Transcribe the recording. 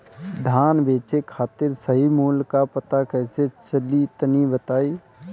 धान बेचे खातिर सही मूल्य का पता कैसे चली तनी बताई?